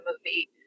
movie